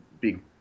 big